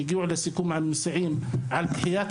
הגיעו לסיכום עם המסיעים על דחיית